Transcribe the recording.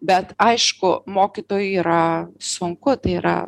bet aišku mokytojui yra sunku tai yra